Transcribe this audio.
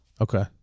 Okay